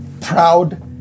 proud